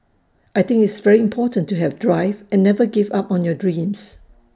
I think it's very important to have drive and never give up on your dreams